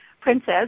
Princess